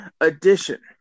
Edition